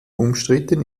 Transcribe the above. umstritten